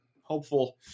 hopeful